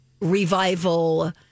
revival